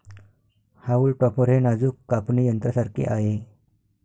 haulm topper हे नाजूक कापणी यंत्रासारखे आहे